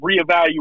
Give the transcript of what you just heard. reevaluate